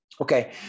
okay